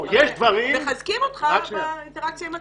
מחזקים אותך לגבי האינטראקציה עם הצבא.